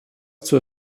zur